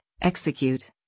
execute